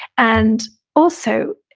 and also,